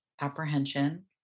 apprehension